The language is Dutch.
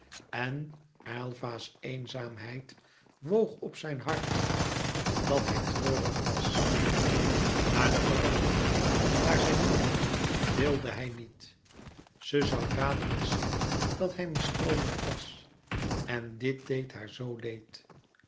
stad en aylva's eenzaamheid woog op zijn hart omdat hij treurig was naar de verandah naar zijn moeder wilde hij niet ze zoû dadelijk zien dat hij mistroostig was en dit deed haar zoo leed